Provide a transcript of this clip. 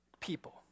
people